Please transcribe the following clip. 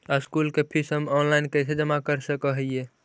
School के फीस हम ऑनलाइन कैसे जमा कर सक हिय?